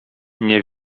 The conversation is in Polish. nie